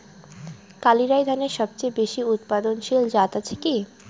কালিরাই ধানের সবচেয়ে বেশি উৎপাদনশীল জাত আছে কি?